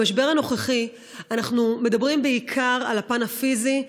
במשבר הנוכחי אנחנו מדברים בעיקר על הפן הפיזי,